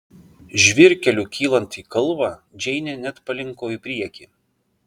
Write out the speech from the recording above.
žvyrkeliu kylant į kalvą džeinė net palinko į priekį